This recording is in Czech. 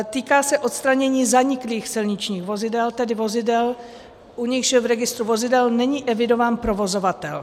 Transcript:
Týká se odstranění zaniklých silničních vozidel, tedy vozidel, u nichž v registru vozidel není evidován provozovatel.